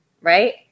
right